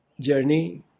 journey